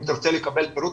אם תרצה לקבל פירוט,